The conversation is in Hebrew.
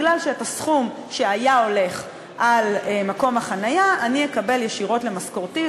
מפני שאת הסכום שהיה הולך על מקום החניה אני אקבל ישירות למשכורתי.